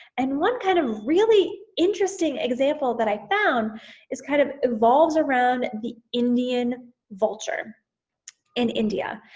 and one kind of really interesting example that i found is, kind of evolves around the indian vulture in india.